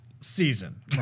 season